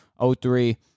03